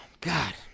God